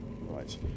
Right